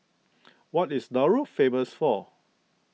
what Is Nauru famous for